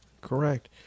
Correct